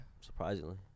surprisingly